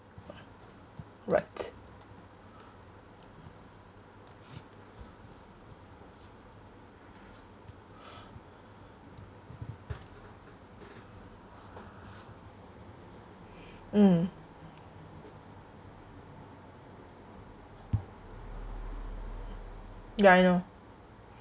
right mm ya I know